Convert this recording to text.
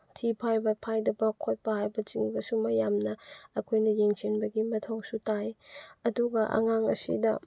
ꯊꯤ ꯐꯥꯏꯕ ꯐꯥꯏꯗꯕ ꯈꯣꯠꯄ ꯍꯥꯏꯕꯁꯤꯡꯗꯨꯁꯨ ꯃꯌꯥꯝꯅ ꯑꯩꯈꯣꯏꯅ ꯌꯦꯡꯁꯤꯟꯕꯒꯤ ꯃꯊꯧꯁꯨ ꯇꯥꯏ ꯑꯗꯨꯒ ꯑꯉꯥꯡ ꯑꯁꯤꯗ